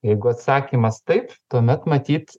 jeigu atsakymas taip tuomet matyt